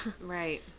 Right